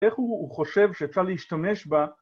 איך הוא חושב שאפשר להשתמש בה?